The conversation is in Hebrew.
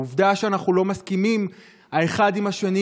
העובדה שאנחנו לא מסכימים אחד עם השני